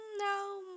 No